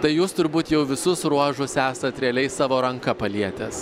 tai jūs turbūt jau visus ruožus esat realiai savo ranka palietęs